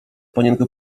panienkę